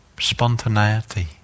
spontaneity